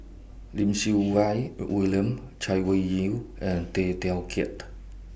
Lim Siew Wai William Chay Weng Yew and Tay Teow Kiat